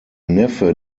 neffe